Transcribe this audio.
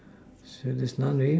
you say that's not real